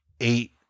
eight